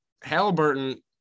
Halliburton